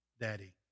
daddy